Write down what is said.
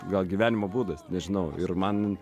gal gyvenimo būdas nežinau ir man